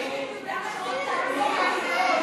בבקשה.